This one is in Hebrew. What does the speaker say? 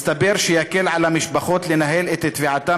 מסתבר שיקל על המשפחות לנהל את תביעתן